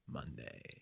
Monday